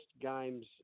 games